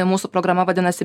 mūsų programa vadinasi